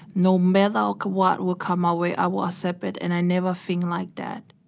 no matter ah like what will come my way, i will accept it and i never think like that.